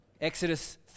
Exodus